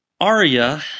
Arya